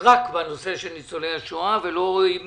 רק בנושא של ניצולי השואה, ולא עם